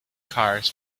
cars